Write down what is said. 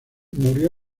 murió